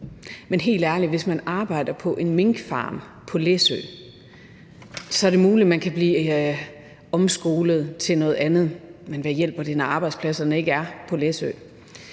men helt ærligt, hvis man arbejder på en minkfarm på Læsø, er det muligt, at man kan blive omskolet til noget andet, men hvad hjælper det, når arbejdspladserne ikke er på Læsø